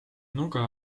nuga